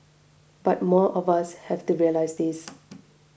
but more of us have to realise this